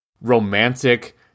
romantic